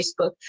Facebook